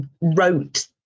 wrote